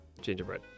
gingerbread